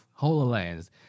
HoloLens